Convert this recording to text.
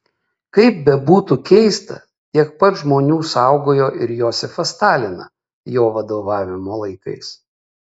kaip bebūtų keista tiek pat žmonių saugojo ir josifą staliną jo vadovavimo laikais